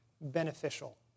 Beneficial